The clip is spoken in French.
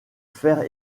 faire